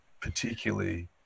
particularly